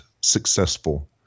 successful